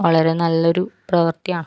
വളരെ നല്ലൊരു പ്രവർത്തിയാണ്